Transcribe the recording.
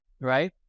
right